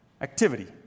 activity